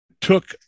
took